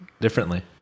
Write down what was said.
Differently